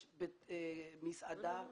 יש מסעדה